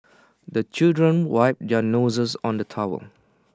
the children wipe their noses on the towel